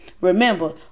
remember